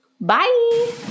Bye